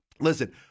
Listen